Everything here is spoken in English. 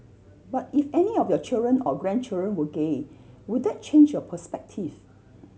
but if any of your children or grandchildren were gay would that change your perspective